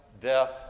death